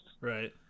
right